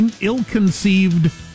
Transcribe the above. ill-conceived